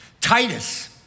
Titus